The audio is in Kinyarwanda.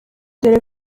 dore